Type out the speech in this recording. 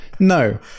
No